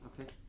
Okay